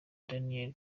daniel